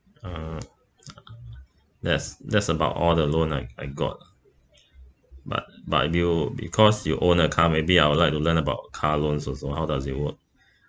uh that's that's about all the loan I I got but but you because you own a car maybe I would like to learn about car loans also how does it work